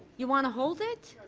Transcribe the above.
you want to hold it?